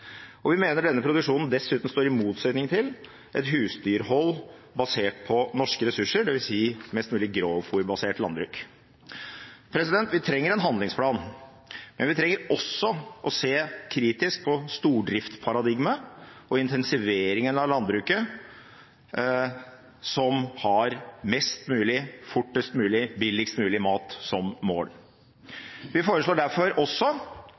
Vi mener denne produksjonen dessuten står i motsetning til et husdyrhold basert på norske ressurser, dvs. mest mulig grovfôrbasert landbruk. Vi trenger en handlingsplan, men vi trenger også å se kritisk på stordriftsparadigmet og intensiveringen av landbruket, som har mest mulig, fortest mulig, billigst mulig mat som mål. Vi foreslår derfor også